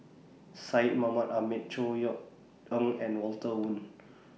Syed Mohamed Ahmed Chor Yeok Eng and Walter Woon